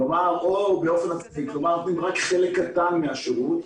כלומר רק חלק קטן מהשירות.